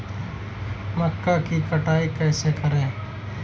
मक्का की कटाई कैसे करें?